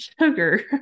sugar